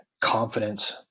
confidence